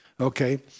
Okay